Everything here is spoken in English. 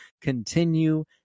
continue